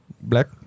black